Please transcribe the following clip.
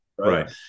Right